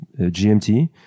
gmt